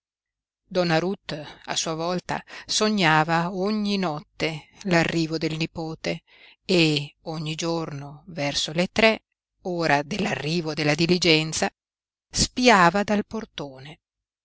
ruth a sua volta sognava ogni notte l'arrivo del nipote e ogni giorno verso le tre ora dell'arrivo della diligenza spiava dal portone